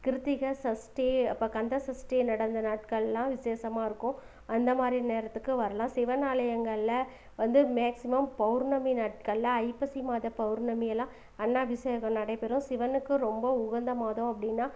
கிருத்திகை சஷ்டி அப்புறம் கந்தசஷ்டி நடந்த நாட்களெல்லாம் விசேஷமா இருக்கும் அந்தமாதிரி நேரத்துக்கு வரலாம் சிவன் ஆலயங்களில் வந்து மேக்ஸிமம் பௌர்ணமி நாட்களில் ஐப்பசி மாத பௌர்ணமியெல்லாம் அன்னாபிஷேகம் நடைபெறும் சிவனுக்கு ரொம்ப உகந்த மாதம் அப்படின்னா